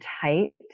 tight